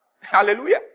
Hallelujah